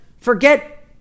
forget